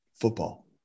football